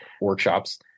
workshops